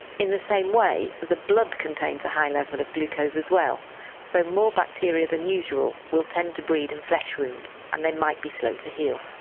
in the same way the blood contains a high level of glucose as well so more bacteria than usual will tend to breed in flesh wounds and they might be slow to heal.